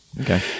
Okay